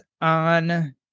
on